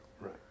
Right